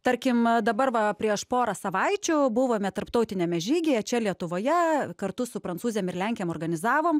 tarkim dabar va prieš porą savaičių buvome tarptautiniame žygyje čia lietuvoje kartu su prancūzėm ir lenkėm organizavom